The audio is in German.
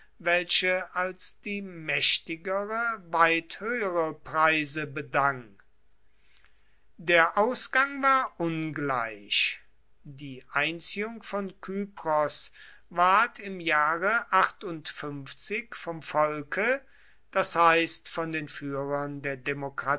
welche als die mächtigere weit höhere preise bedang der ausgang war ungleich die einziehung von kypros ward im jahre vom volke das heißt von den führern der demokratie